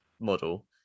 model